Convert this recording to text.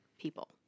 people